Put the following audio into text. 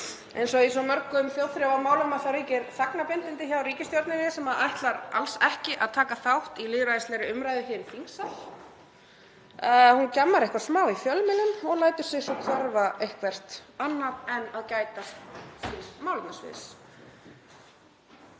Eins og í svo mörgum þjóðþrifamálum ríkir þagnarbindindi hjá ríkisstjórninni sem ætlar alls ekki að taka þátt í lýðræðislegri umræðu hér í þingsal. Hún gjammar eitthvað smá í fjölmiðlum og lætur sig svo hverfa eitthvert annað en til þess að gæta málefnasviðs.